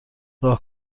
راه